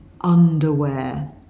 underwear